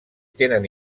tenen